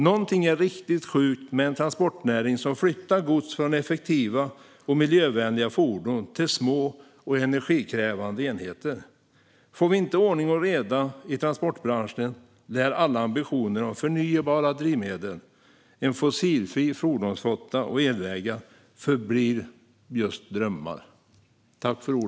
Någonting är riktigt sjukt med en transportnäring som flyttar gods från effektiva och miljövänliga fordon till små och energikrävande enheter. Om vi inte får ordning och reda i transportbranschen lär alla ambitioner om förnybara drivmedel, en fossilfri fordonsflotta och elvägar förbli just drömmar.